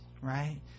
Right